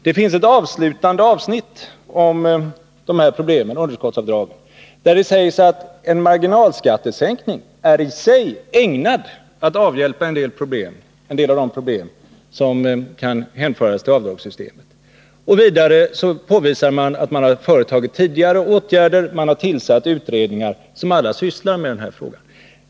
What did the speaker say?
Det finns ett avslutande avsnitt om de här problemen — underskottsavdragen — där det sägs att en marginalskattesänkning är i sig ägnad att avhjälpa en del av de problem som kan hänföras till avdragssystemet. Vidare påvisar man att det tidigare vidtagits åtgärder: man har tillsatt utredningar, som alla sysslar med den här frågan.